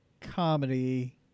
comedy